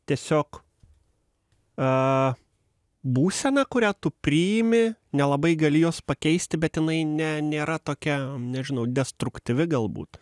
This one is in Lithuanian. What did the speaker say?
tiesiog a būsena kurią tu priimi nelabai gali jos pakeisti bet jinai ne nėra tokia nežinau destruktyvi galbūt